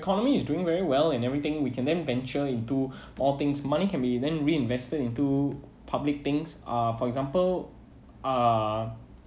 economy is doing very well and everything we can then venture into all things money can be then reinvested into public things uh for example uh